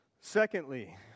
Secondly